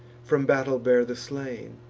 from battle bear the slain,